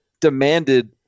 demanded